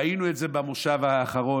ראינו את זה במושב האחרון.